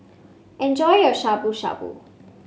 enjoy your Shabu Shabu